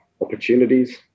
opportunities